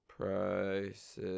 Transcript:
prices